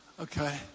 Okay